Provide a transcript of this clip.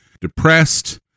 depressed